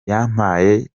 yampaye